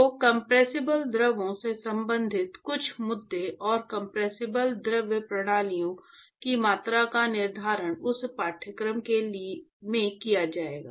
तो कंप्रेसिबल द्रवों से संबंधित कुछ मुद्दों और कंप्रेसिबल द्रव प्रणालियों की मात्रा का निर्धारण उस पाठ्यक्रम में किया जाएगा